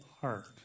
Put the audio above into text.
heart